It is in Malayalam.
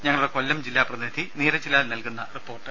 ഞങ്ങളുടെ കൊല്ലം ജില്ലാ പ്രതിനിധി നീരജ് ലാൽ നൽകുന്ന റിപ്പോർട്ട്